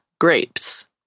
grapes